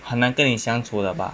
很难跟你相处的吧